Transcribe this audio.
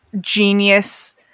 genius